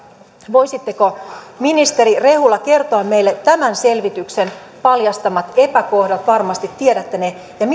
voisitteko ministeri rehula kertoa meille tämän selvityksen paljastamat epäkohdat varmasti tiedätte ne ja